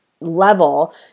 level